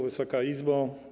Wysoka Izbo!